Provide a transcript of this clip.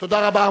תודה רבה.